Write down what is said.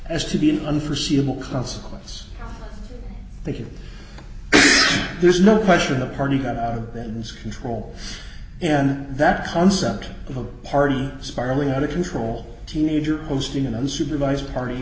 as to be an unforeseeable consequence they could there's no question the party got out of this control and that concept of a party spiraling out of control teenager hosting an unsupervised party